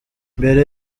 mbere